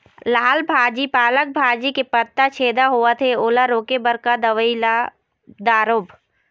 लाल भाजी पालक भाजी के पत्ता छेदा होवथे ओला रोके बर का दवई ला दारोब?